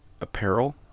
apparel